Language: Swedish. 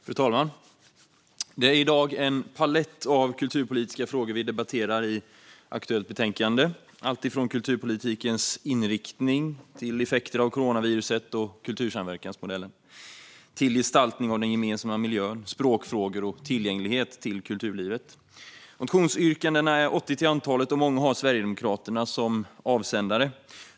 Fru talman! Det är en palett av kulturpolitiska frågor i det aktuella betänkandet vi debatterar i dag - allt från kulturpolitikens inriktning, effekter av coronaviruset och kultursamverkansmodellen till gestaltning av den gemensamma miljön, språkfrågor och tillgänglighet till kulturlivet. Motionsyrkandena är 80 till antalet, och många har Sverigedemokraterna som avsändare.